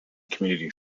community